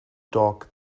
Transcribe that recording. dog